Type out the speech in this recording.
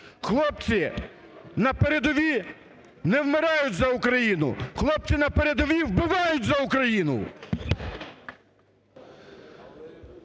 Хлопці на передовій не вмирають за Україну, хлопці на передовій вбивають за Україну!